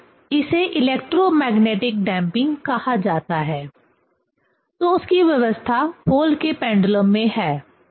तो इसे electromagnetic damping कहा जाता है तो उसकी व्यवस्था पोहल के पेंडुलम में है